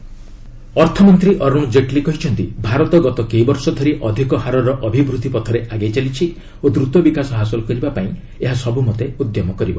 Jaitley growth ଅର୍ଥମନ୍ତ୍ରୀ ଅରୁଣ ଜେଟ୍ଲୀ କହିଛନ୍ତି ଭାରତ ଗତ କେଇବର୍ଷ ଧରି ଅଧିକ ହାରର ଅଭିବୃଦ୍ଧି ପଥରେ ଆଗେଇ ଚାଲିଛି ଓ ଦ୍ରତ ବିକାଶ ହାସଲ କରିବା ପାଇଁ ଏହା ସବୁମତେ ଉଦ୍ୟମ କରିବ